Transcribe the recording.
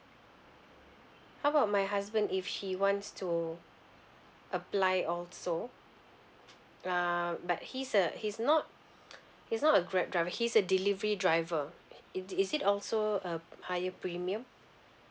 how about my husband if he wants to apply also uh but he's a he's not he's not a grab driver he's a delivery driver it is it also uh higher premium